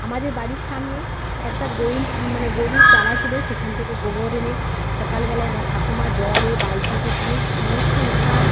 আমাদের বাড়ির সামনে একটা গোইল মানে গরুর চালা ছিল সেখান থেকে গোবর এনে সকাল বেলায় আমার ঠাকুমা জলে বালতিতে দিয়ে সমস্ত উঠান